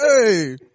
Hey